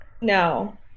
No